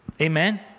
Amen